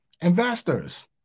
investors